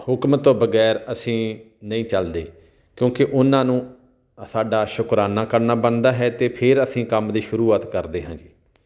ਹੁਕਮ ਤੋਂ ਬਗੈਰ ਅਸੀਂ ਨਹੀਂ ਚਲਦੇ ਕਿਉਂਕਿ ਉਹਨਾਂ ਨੂੰ ਸਾਡਾ ਸ਼ੁਕਰਾਨਾ ਕਰਨਾ ਬਣਦਾ ਹੈ ਅਤੇ ਫਿਰ ਅਸੀਂ ਕੰਮ ਦੀ ਸ਼ੁਰੂਆਤ ਕਰਦੇ ਹਾਂ ਜੀ